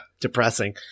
depressing